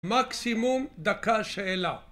מקסימום דקה שאלה